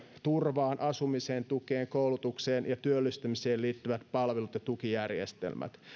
turvaan asumiseen tukeen koulutukseen ja työllistymiseen liittyvät palvelut ja tukijärjestelmät